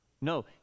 No